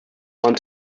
want